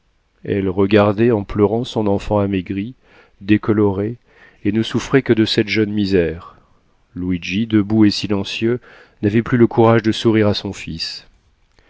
elle regardait en pleurant son enfant amaigri décoloré et ne souffrait que de cette jeune misère luigi debout et silencieux n'avait plus le courage de sourire à son fils